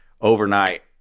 overnight